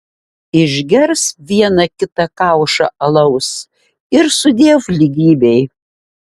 išgers vieną kita kaušą alaus ir sudiev lygybei